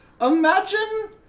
Imagine